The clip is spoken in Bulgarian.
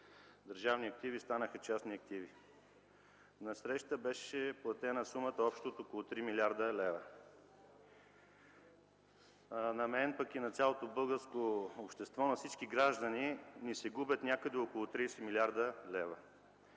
държавни активи станаха частни активи. Насреща беше платена сумата общо от около 3 млрд. лв. На мен, пък и на цялото българско общество, на всички граждани ни се губят някъде около 30 млрд. лв.